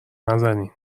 نزنین